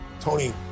Tony